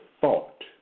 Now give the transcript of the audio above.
thought